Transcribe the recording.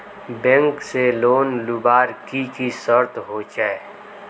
Bank से loan लुबार की की शर्त होचए?